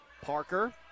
Parker